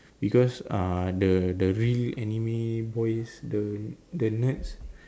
because uh the the real anime boys the the nerds